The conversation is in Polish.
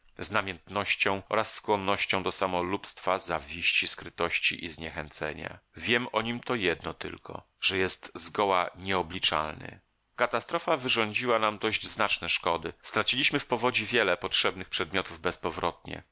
i stanowczości z namietnościąnamiętnością oraz skłonnością do samolubstwa zawiści skrytości i zniechęcenia wiem o nim to jedno tylko że jest zgoła nie obliczalny katastrofa wyrządziła nam dość znaczne szkody straciliśmy w powodzi wiele potrzebnych przedmiotów